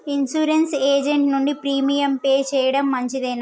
Insurance agent నుండి premium pay చేయడం మంచిదేనా?